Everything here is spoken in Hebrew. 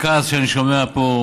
והכעס שאני שומע פה,